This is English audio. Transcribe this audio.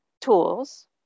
tools